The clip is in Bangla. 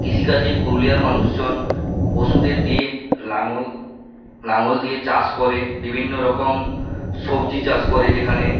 কৃষিকাজে পুরুলিয়ার মানুষজন পশুদের দিয়ে লাঙল লাঙল দিয়ে চাষ করে বিভিন্ন রকম সবজি চাষ করে যেখানে